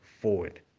forward